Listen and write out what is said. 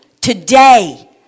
today